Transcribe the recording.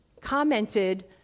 commented